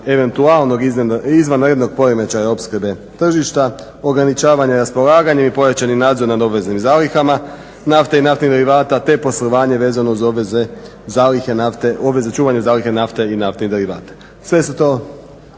eventualnog izvanrednog poremećaja opskrbe tržišta, ograničavanje raspolaganjem i pojačani nadzor nad obveznim zalihama nafte i naftnih derivata, te poslovanje vezano uz obveze zalihe nafte, obveze čuvanja zaliha nafte i naftnih derivata. Sve su to